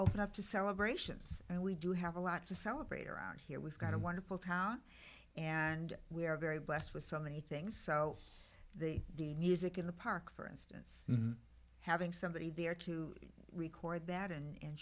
open up to celebrations and we do have a lot to celebrate around here we've got a wonderful town and we are very blessed with so many things so the the music in the park for instance having somebody there to record that and